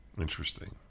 Interesting